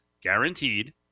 guaranteed